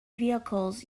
vehicles